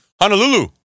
honolulu